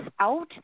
out